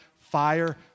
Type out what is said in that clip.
fire